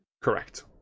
Correct